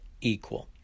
equal